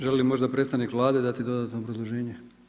Želi li možda predstavnik Vlade dati dodatno obrazloženje?